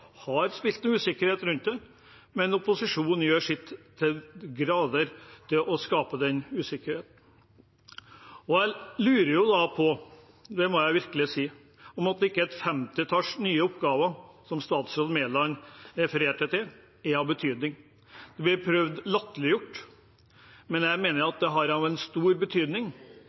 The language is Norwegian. men opposisjonen gjør til de grader sitt for å skape den usikkerheten. Jeg lurer på – det må jeg virkelig si – om ikke et femtitall nye oppgaver, som statsråd Mæland refererte til, er av betydning. Det blir forsøkt latterliggjort, men jeg mener at det er av stor betydning.